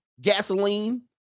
gasoline